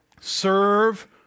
serve